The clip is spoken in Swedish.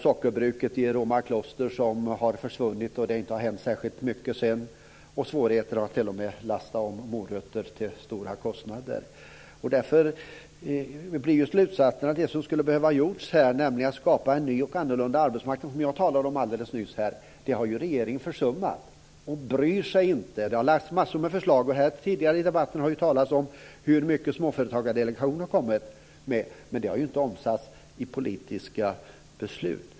Sockerbruket i Roma kloster har försvunnit, och inte särskilt mycket har hänt sedan. Det är t.o.m. svårigheter med att lasta om morötter, det blir stora kostnader. Därför blir ju slutsatsen att det som skulle ha behövt göras här, nämligen att skapa en ny och annorlunda arbetsmarknad vilket jag talade om alldeles nyss här, har regeringen försummat. Den bryr sig inte. Det har lagts fram massor med förslag. Tidigare här i debatten har det talats om hur mycket Småföretagsdelegationen har kommit med, men det har ju inte omsatts i politiska beslut.